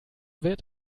wird